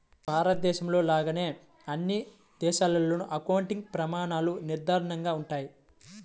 భారతదేశంలో లాగానే అన్ని దేశాల్లోనూ అకౌంటింగ్ ప్రమాణాలు నిర్దిష్టంగా ఉంటాయి